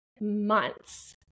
months